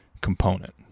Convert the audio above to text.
component